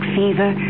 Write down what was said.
fever